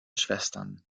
schwestern